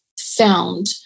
found